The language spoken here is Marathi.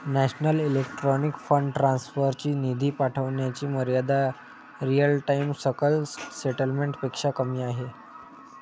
नॅशनल इलेक्ट्रॉनिक फंड ट्रान्सफर ची निधी पाठविण्याची मर्यादा रिअल टाइम सकल सेटलमेंट पेक्षा कमी आहे